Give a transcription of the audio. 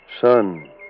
Son